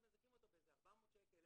מזכים אותו בכ-400 שקל,